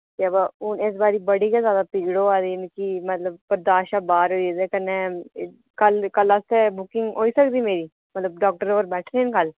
ते वा हुन इस बारी बड़ी गै जैदा पीड़ होआ दी मिकी मतलब बर्दाश्त शा बाह्र होई ते कन्नै कल्ल कल्ल आस्तै बुकिंग होई सकदी मेरी मतलब डाक्टर होर बैठे दे न कल्ल